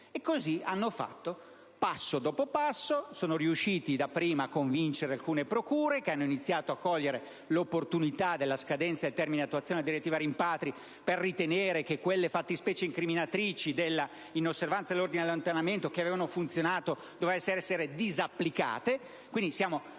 E così hanno fatto, passo dopo passo. Sono riusciti dapprima a convincere alcune procure, che hanno iniziato a cogliere l'opportunità della scadenza dei termini di attuazione della direttiva rimpatri per ritenere che quelle fattispecie incriminatrici della inosservanza dell'ordine di allontanamento, che avevano funzionato, dovevano essere disapplicate.